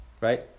Right